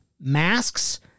Masks